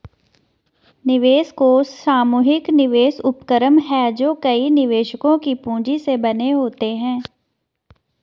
निवेश कोष सामूहिक निवेश उपक्रम हैं जो कई निवेशकों की पूंजी से बने होते हैं